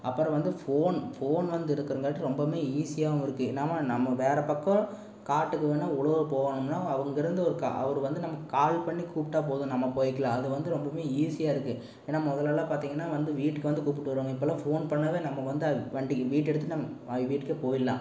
அப்புறம் வந்து phone phone வந்து இருக்கிறங்காட்டி ரொம்பவுமே ஈஸியாகவும் இருக்குது நாம் நம்ம வேற பக்கம் காட்டுக்கு வேணா உழுவ போகணும்னா அங்கேருந்து ஒரு அவருக்கு வந்து நம்ம கால் பண்ணி கூப்பிட்டா போதும் நம்ம போய்க்கலாம் அது வந்து ரொம்பவுமே ஈஸியாருக்குது ஏன்னா முதல்லலாம் பார்த்திங்கன்னா வந்து வீட்டுக்கு வந்து கூப்பிட்டுவாங்க இப்போலாம் ஃபோன் பண்ணாலே நம்ம வந்தாயி வண்டிக்கு வீட்டெடுத்து நம்ம வீட்டுக்கே போய்டலாம்